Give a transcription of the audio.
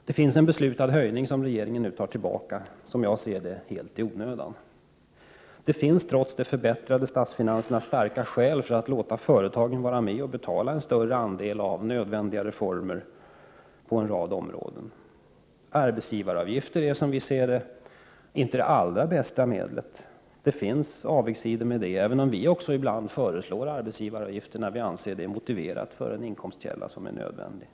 Det finns alltså ett beslut om en höjning, vilket regeringen nu tar tillbaka — helt i onödan, som jag ser saken. Trots de förbättrade statsfinanserna finns det starka skäl att låta företagen vara med och betala en större andel av nödvändiga reformer på en rad områden. Arbetsgivaravgifter är enligt vår mening inte det allra bästa medlet. Det finns avigsidor i det sammanhanget, även om vi också ibland föreslår arbetsgivaravgifter. Men då gör vi det därför att vi anser det vara motiverat i syfte att få en inkomstkälla.